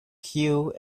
queue